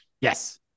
yes